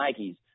Nikes